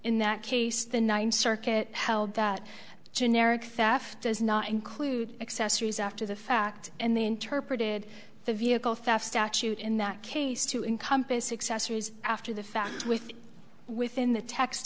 in that case the ninth circuit held that generic theft does not include accessories after the fact and they interpreted the vehicle theft statute in that case to encompass successors after the fact with within the text